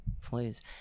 Please